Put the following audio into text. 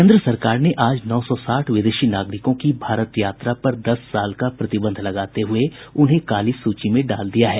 केन्द्र सरकार ने आज नौ सौ साठ विदेशी नागरिकों की भारत यात्रा पर दस साल का प्रतिबंध लगाते हुए उन्हें काली सूची में डाल दिया है